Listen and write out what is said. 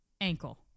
ankle